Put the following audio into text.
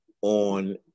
on